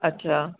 अच्छा